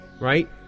Right